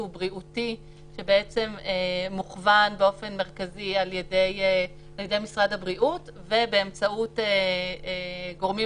בריאותי שבעצם מוכוון באופן מרכזי על-ידי משרד הבריאות ובאמצעות גורמים